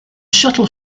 shuttle